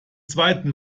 zweiten